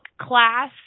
class